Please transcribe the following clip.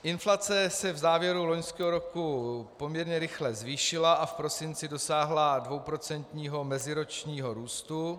Inflace se v závěru loňského roku poměrně rychle zvýšila a v prosinci dosáhla 2% meziročního růstu.